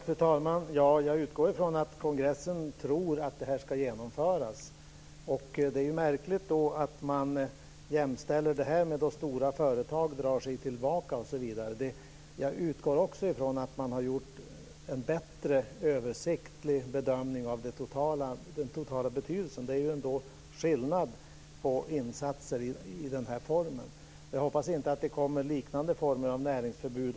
Fru talman! Jag utgår från att kongressen tror att det här ska genomföras. Det är märkligt att man jämställer detta med när stora företag drar sig tillbaka osv. Jag utgår från att man gjort en bättre översiktlig bedömning av den totala betydelsen. Det är ju ändå skillnad på insatser i den här formen. Jag hoppas att det inte kommer liknande former av näringsförbud.